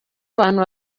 abantu